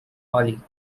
holly